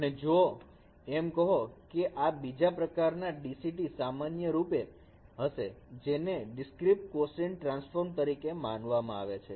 અને જો એમ કહો કે આ બીજા પ્રકારના DCT સામાન્યરૂપે હશે તેને તે ડીસક્રિટ કોસીન ટ્રાન્સફોર્મ તરીકે માનવામાં આવે છે